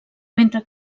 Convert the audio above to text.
mentre